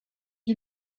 you